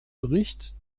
bericht